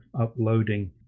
uploading